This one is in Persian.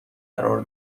قرار